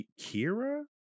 kira